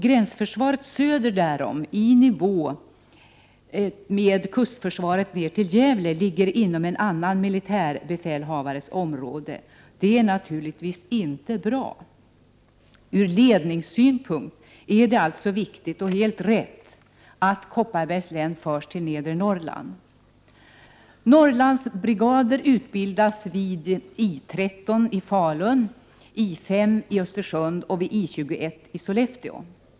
Gränsförsvaret söder därom, i nivå med kustförsvaret ner till Gävle, ligger inom en annan militärbefälhavares område. Det är naturligtvis inte bra. Ur ledningssynpunkt är det alltså viktigt och helt rätt att Kopparbergs län förs till Nedre Norrland. Norrlandsbrigader utbildas vid I 13 i Falun, I 5 i Östersund och I 21 i Sollefteå.